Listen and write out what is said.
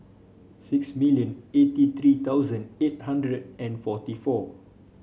six million eighty three thousand eight hundred and forty four